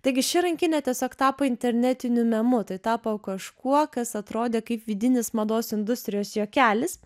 taigi ši rankinė tiesiog tapo internetiniu memu tai tapo kažkuo kas atrodė kaip vidinis mados industrijos juokelis